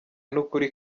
nukuri